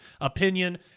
opinion